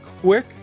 quick